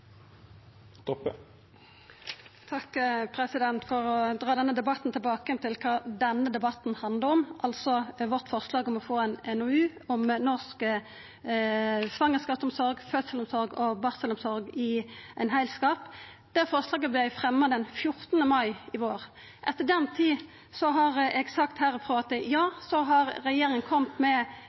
1 minutt. For å dra denne debatten tilbake til det han handlar om, forslaget vårt om å få ein NOU om norsk svangerskapsomsorg, fødselsomsorg og barselomsorg i ein heilskap: Forslaget vart fremja den 14. mai i vår. Etter den tid har eg sagt herfrå at ja, så har regjeringa kome med